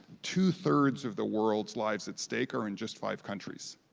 two three of the world's lives at stake are in just five countries,